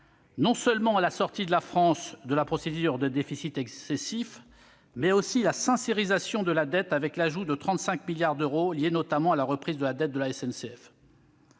non seulement de la sortie de la France de la procédure de déficit excessif, mais également de la « sincérisation » de la dette, avec l'ajout de 35 milliards d'euros, liés notamment à la reprise de la dette de la SNCF.